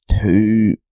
two